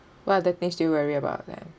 what other things do you worry about then